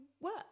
work